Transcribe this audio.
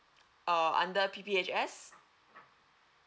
uh under P P H S